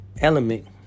element